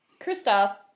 Kristoff